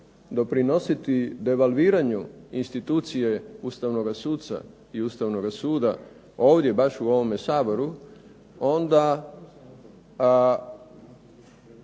doprinositi devalviranju institucije ustavnoga suca i Ustavnoga suda ovdje baš u ovome Saboru onda